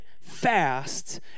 fast